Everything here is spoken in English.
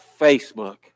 Facebook